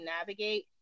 navigate